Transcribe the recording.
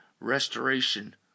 restoration